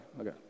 Okay